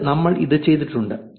പണ്ട് നമ്മൾ ഇത് ചെയ്തിട്ടുണ്ട്